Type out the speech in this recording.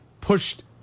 pushed